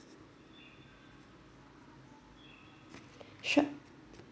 sure